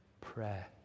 Prayer